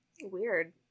Weird